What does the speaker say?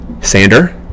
Sander